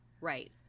Right